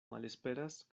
malesperas